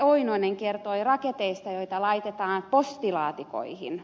oinonen kertoi raketeista joita laitetaan postilaatikoihin